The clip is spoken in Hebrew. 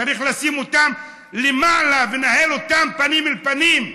צריך לשים אותו למעלה ולנהל אותו פנים אל פנים,